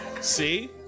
See